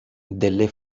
delle